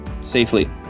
safely